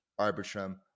Arbitrum